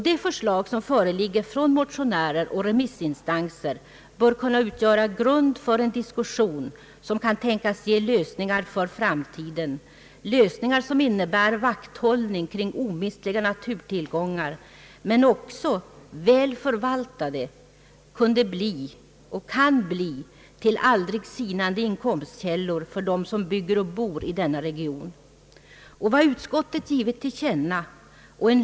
De förslag som föreligger från motionärer och remissinstanser bör kunna utgöra grund för en diskussion som kan tänkas ge lösningar för framtiden — lösningar som innebär vakthållning kring omistliga naturtillgångar men vilka också, väl förvaltade, kan bli till aldrig sinande inkomstkällor för dem som bygger och bor i denna region.